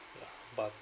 ya but